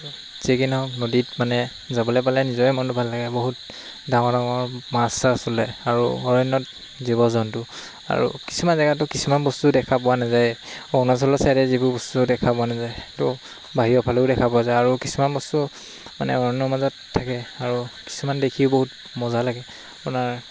যি কি নহওক নদীত মানে যাবলৈ পালে নিজৰে মনটো ভাল লাগে বহুত ডাঙৰ ডাঙৰ মাছ চাছ ওলাই আৰু অৰণ্যত জীৱ জন্তু আৰু কিছুমান জেগাটো কিছুমান বস্তু দেখা পোৱা নাযায় অৰুণাচলৰ ছাইডে যিবোৰ বস্তু দেখা পোৱা নাযায় তো বাহিৰৰ ফালেও দেখা পোৱা যায় আৰু কিছুমান বস্তু মানে অৰণ্য মাজত থাকে আৰু কিছুমান দেখিও বহুত মজা লাগে আপোনাৰ